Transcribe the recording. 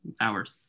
hours